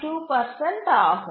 2 ஆகும்